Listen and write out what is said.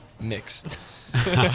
mix